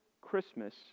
Christmas